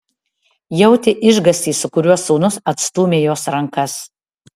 jautė išgąstį su kuriuo sūnus atstūmė jos rankas